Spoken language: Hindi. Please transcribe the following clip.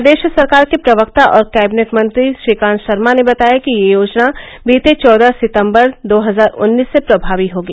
प्रदेश सरकार के प्रवक्ता और कैबिनेट मंत्री श्रीकांत शर्मा ने बताया कि यह योजना बीते चौदह सितंबर दो हजार उन्नीस से प्रमावी होगी